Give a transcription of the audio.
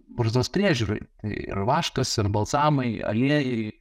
barzdos priežiūrai ir vaškas ir balzamai aliejai